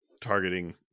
targeting